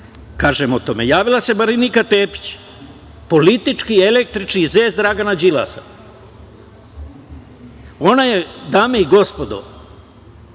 kažem o tome. Javila se Marinika Tepić, politički, električni zec Dragana Đilasa. Ona je, dame i gospodo,